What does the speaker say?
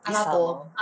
is lah bow